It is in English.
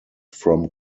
from